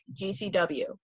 GCW